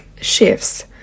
shifts